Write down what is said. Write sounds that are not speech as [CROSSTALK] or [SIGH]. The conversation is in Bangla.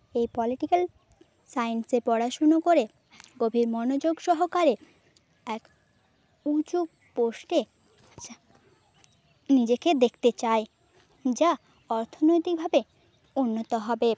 এই পলিটিক্যাল সায়েন্সে পড়াশুনো করে গভীর মনোযোগ সহকারে এক উঁচু পোস্টে [UNINTELLIGIBLE] নিজেকে দেখতে চাই যা অর্থনৈতিকভাবে উন্নত হবে